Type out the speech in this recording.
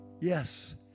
Yes